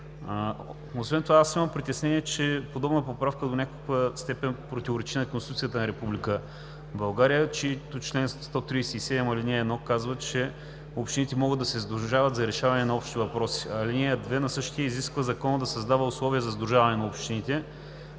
Освен това аз имам притеснение, че до някаква степен подобна поправка противоречи на Конституцията на Република България, чийто чл. 137, ал. 1 казва, че общините могат да се сдружават за решаване на общи въпроси, а ал. 2 изисква законът да създава условия за сдружаване на общините.